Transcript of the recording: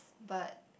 but